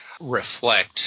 reflect